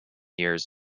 years